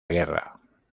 guerra